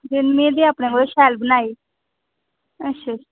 में ते अपने कोला शैल बनाई अच्छा